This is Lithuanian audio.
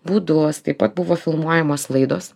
būdus taip pat buvo filmuojamos laidos